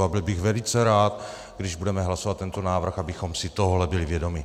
A byl bych velice rád, když budeme hlasovat tento návrh, abychom si tohohle byli vědomi.